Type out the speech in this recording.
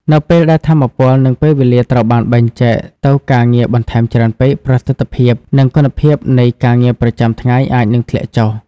នៅពេលដែលថាមពល និងពេលវេលាត្រូវបានបែងចែកទៅការងារបន្ថែមច្រើនពេក ប្រសិទ្ធភាព និងគុណភាពនៃការងារប្រចាំថ្ងៃអាចនឹងធ្លាក់ចុះ។